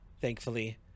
thankfully